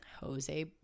Jose